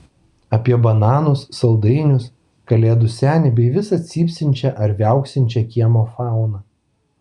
apie bananus saldainius kalėdų senį bei visą cypsinčią ar viauksinčią kiemo fauną